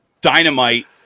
dynamite